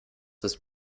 ist